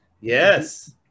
yes